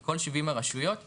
את כל 70 הרשויות ,